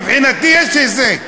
מבחינתי יש הישג.